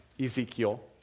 Ezekiel